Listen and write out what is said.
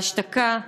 בהשתקה.